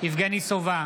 יבגני סובה,